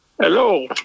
Hello